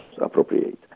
appropriate